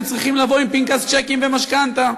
היו צריכים לבוא עם פנקס צ'קים ומשכנתה,